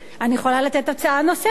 אני יכולה לתת הצעה נוספת,